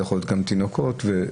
זה יכול להיות גם תינוקות וכו',